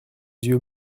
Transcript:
yeux